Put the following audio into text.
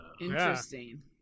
Interesting